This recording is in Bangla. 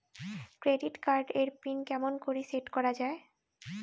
ক্রেডিট কার্ড এর পিন কেমন করি সেট করা য়ায়?